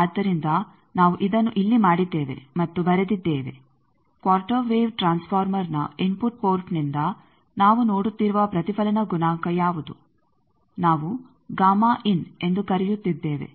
ಆದ್ದರಿಂದ ನಾವು ಇದನ್ನು ಇಲ್ಲಿ ಮಾಡಿದ್ದೇವೆ ಮತ್ತು ಬರೆದಿದ್ದೇವೆ ಕ್ವಾರ್ಟರ್ ವೇವ್ ಟ್ರಾನ್ಸ್ ಫಾರ್ಮರ್ನ ಇನ್ಫುಟ್ ಪೋರ್ಟ್ನಿಂದ ನಾವು ನೋಡುತ್ತಿರುವ ಪ್ರತಿಫಲನ ಗುಣಾಂಕ ಯಾವುದು ನಾವು ಗಾಮಾ ಇನ್ ಎಂದು ಕರೆಯುತ್ತಿದ್ದೇವೆ